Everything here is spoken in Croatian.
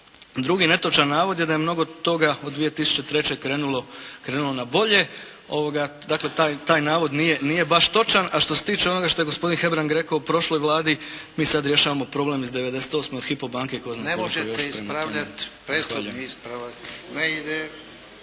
drugi netočan navod je da je mnogo toga od 2003. krenulo na bolje. Dakle, taj navod nije baš točan. A što se tiče onoga što je gospodin Hebrang rekao o prošloj Vladi, mi sad rješavamo problem iz '98. od Hypo banke i tko zna koliko još … **Jarnjak, Ivan